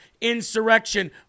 insurrection